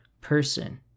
person